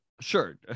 Sure